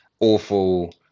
Awful